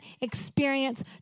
experience